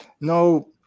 No